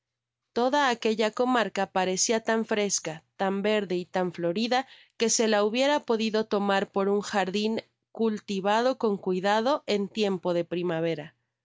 toda aquella comarca parecía tan fresca tan verde y tan florida que se la hubiera podido tomar por un jardin cultivado con cuidado en tiempo de primavera